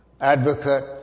advocate